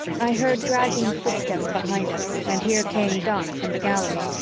i heard dragging footsteps behind us and here came doc from the gallery,